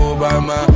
Obama